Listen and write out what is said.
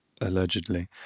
allegedly